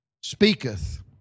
speaketh